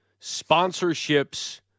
sponsorships